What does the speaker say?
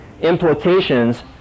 implications